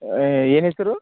ಏನು ಹೆಸ್ರು